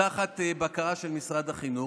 תחת בקרה של משרד החינוך.